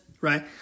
right